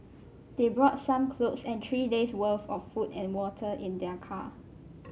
they brought some clothes and three day's worth of food and water in their car